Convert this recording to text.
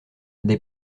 des